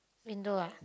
window ah